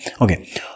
Okay